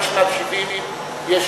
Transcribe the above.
עד שנת 1970 יש